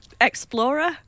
Explorer